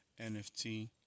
NFT